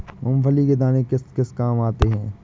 मूंगफली के दाने किस किस काम आते हैं?